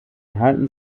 halten